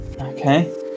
Okay